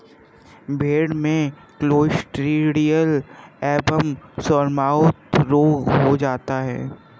भेड़ में क्लॉस्ट्रिडियल एवं सोरमाउथ रोग हो जाता है